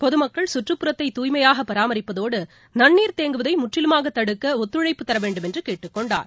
பொதுமக்கள் கற்றுப்புறத்தை தூய்மையாக பராமரிப்பதோடு நன்னீர் தேங்குவதை முற்றிலுமாக தடுக்க ஒத்துழைப்பு தர வேண்டும் என்று கேட்டுக் கொண்டார்